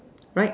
right